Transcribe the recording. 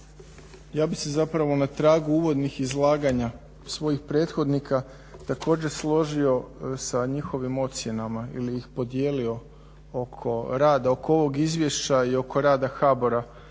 Ja bih se zapravo na tragu uvodnih izlaganja svojih prethodnika također složio sa njihovim ocjenama ili ih podijelio oko rada oko ovog izvješća i oko rada HBOR-a,